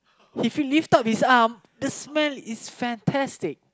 he feel lift up his arm the smell is fantastic